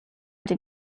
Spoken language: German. die